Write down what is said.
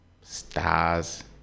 Stars